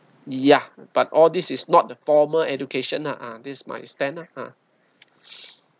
ya but all this is not the formal education ah this my stand ah